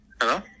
Hello